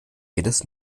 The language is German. jedes